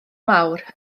mawr